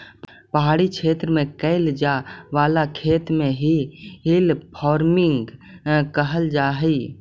पहाड़ी क्षेत्र में कैइल जाए वाला खेत के हिल फार्मिंग कहल जा हई